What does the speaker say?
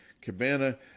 Cabana